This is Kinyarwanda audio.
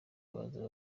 baza